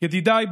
ידידיי,